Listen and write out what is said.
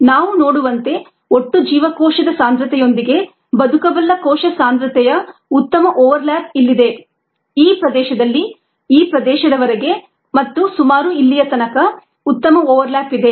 ನಾವು ನೋಡುವಂತೆ ಒಟ್ಟು ಜೀವಕೋಶದ ಸಾಂದ್ರತೆಯೊಂದಿಗೆ ಬದುಕಬಲ್ಲ ಕೋಶ ಸಾಂದ್ರತೆಯ ಉತ್ತಮ ಓವರ್ ಲ್ಯಾಪ್ ಇಲ್ಲಿದೆ ಈ ಪ್ರದೇಶದಲ್ಲಿ ಈ ಪ್ರದೇಶದವರೆಗೆ ಮತ್ತು ಸುಮಾರು ಇಲ್ಲಿಯ ತನಕ ಉತ್ತಮ ಓವರ್ ಲ್ಯಾಪ್ ಇದೆ